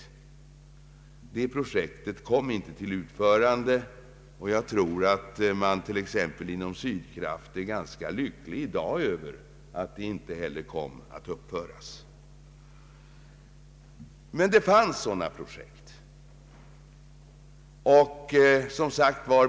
Oskarshamnsprojektet kom inte till utförande, och jag tror att t.ex. Sydkraft i dag är ganska lyckligt över att så blev fallet. Men sådana projekt fanns alltså.